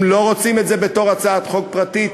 אם לא רוצים את זה בתור הצעת חוק פרטית,